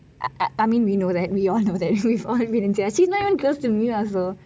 uh uh I mean we know that we all know that we have all been ~ she is not even close to me also